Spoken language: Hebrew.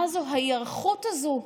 מה ההיערכות הזאת?